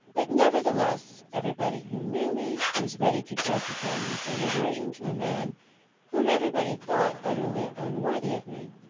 that, nevertheless, every body who knew me was ready to justify me for an aversion to a man whom every body thought utterly unworthy of me,